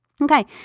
Okay